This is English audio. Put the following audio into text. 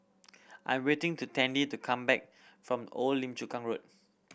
I am waiting to Tandy to come back from Old Lim Chu Kang Road